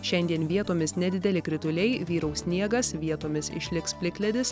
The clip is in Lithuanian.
šiandien vietomis nedideli krituliai vyraus sniegas vietomis išliks plikledis